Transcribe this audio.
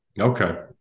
Okay